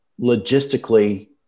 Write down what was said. logistically